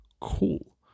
Cool